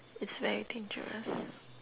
it's very dangerous